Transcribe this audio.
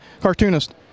cartoonist